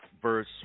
verse